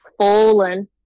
fallen